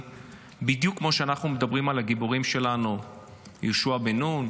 בדיוק כמו שאנחנו מדברים על הגיבורים שלנו יהושע בן נון,